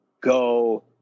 go